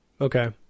Okay